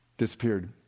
disappeared